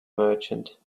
merchant